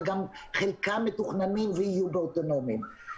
וגם חלקם מתוכננים ויהיו באוטונומיים.